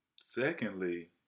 Secondly